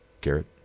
Garrett